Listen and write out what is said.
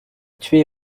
tué